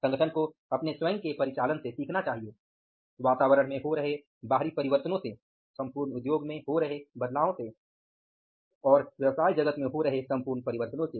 संगठन को अपने स्वयं के परिचालन से सीखना चाहिए वातावरण में हो रहे बाहरी परिवर्तनों से सम्पूर्ण उद्योग में हो रहे बदलावों से और व्यवसाय जगत में हो रहे संपूर्ण परिवर्तनों से